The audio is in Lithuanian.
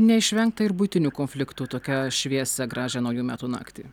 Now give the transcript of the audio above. neišvengta ir buitinių konfliktų tokią šviesią gražią naujų metų naktį